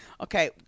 Okay